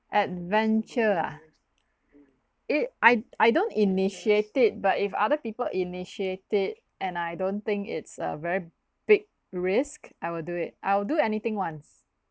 adventure ah it I I don't initiate it but if other people initiate it and I don't think it's a very big risk I will do it I'll do anything once